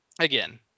again